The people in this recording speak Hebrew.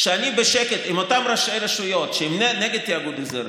כשאני בשקט עם אותם ראשי רשויות שהם נגד תאגוד אזורי,